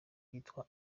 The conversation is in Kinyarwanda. byitwa